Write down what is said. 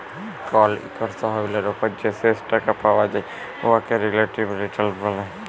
call ইকট তহবিলের উপর যে শেষ টাকা পাউয়া যায় উয়াকে রিলেটিভ রিটার্ল ব্যলে